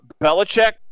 Belichick